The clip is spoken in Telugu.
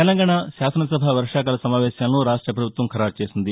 తెలంగాణా అసెంబ్లీ వర్షాకాల సమావేశాలను రాష్ట్ర ప్రభుత్వం ఖరారుచేసింది